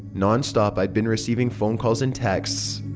non stop i've been receiving phone calls and texts.